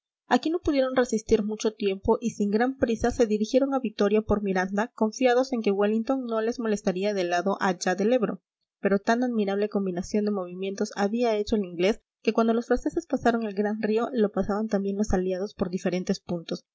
aquí no pudieron resistir mucho tiempo y sin gran prisa se dirigieron a vitoria por miranda confiados en que wellington no les molestaría del lado allá del ebro pero tan admirable combinación de movimientos había hecho el inglés que cuando los franceses pasaron el gran río lo pasaban también los aliados por diferentes puntos